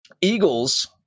Eagles